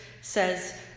says